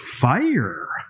fire